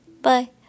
bye